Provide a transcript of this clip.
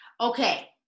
Okay